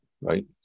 right